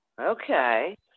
Okay